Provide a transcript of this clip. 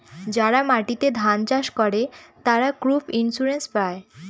যারা মাটিতে ধান চাষ করে, তারা ক্রপ ইন্সুরেন্স পায়